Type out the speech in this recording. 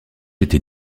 était